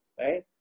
right